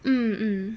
mm mm